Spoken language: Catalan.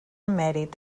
mèrit